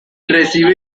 recibe